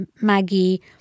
Maggie